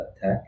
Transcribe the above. Tech